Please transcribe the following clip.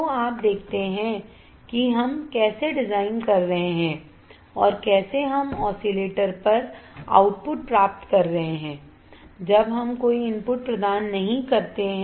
तो आप देखते हैं कि हम कैसे डिजाइन कर रहे हैं और कैसे हम ऑसिलेटर पर आउटपुट प्राप्त कर रहे हैं जब हम कोई इनपुट प्रदान नहीं करते हैं